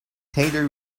taylor